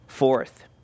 Fourth